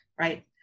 right